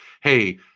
hey